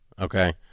Okay